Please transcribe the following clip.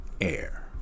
Air